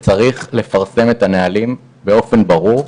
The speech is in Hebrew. צריך לפרסם את הנהלים באופן ברור,